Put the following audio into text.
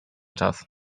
czas